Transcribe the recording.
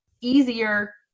easier